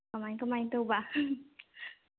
ꯀꯃꯥꯏ ꯀꯃꯥꯏꯅ ꯇꯧꯕ